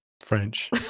French